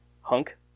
Hunk